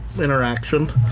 interaction